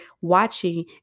watching